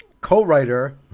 co-writer